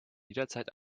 jederzeit